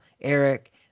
Eric